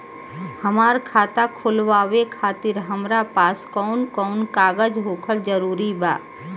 हमार खाता खोलवावे खातिर हमरा पास कऊन कऊन कागज होखल जरूरी बा?